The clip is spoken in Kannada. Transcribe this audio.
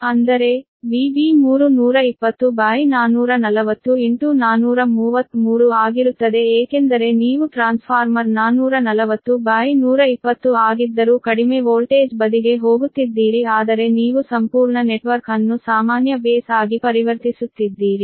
ಅಂದರೆ VB3 ಆಗಿರುತ್ತದೆ ಏಕೆಂದರೆ ನೀವು ಟ್ರಾನ್ಸ್ಫಾರ್ಮರ್ 440120 ಆಗಿದ್ದರೂ ಕಡಿಮೆ ವೋಲ್ಟೇಜ್ ಬದಿಗೆ ಹೋಗುತ್ತಿದ್ದೀರಿ ಆದರೆ ನೀವು ಸಂಪೂರ್ಣ ನೆಟ್ವರ್ಕ್ ಅನ್ನು ಸಾಮಾನ್ಯ ಬೇಸ್ ಆಗಿ ಪರಿವರ್ತಿಸುತ್ತಿದ್ದೀರಿ